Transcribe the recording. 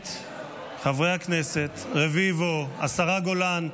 הכנסת רביבו, השרה גולן,